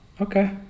Okay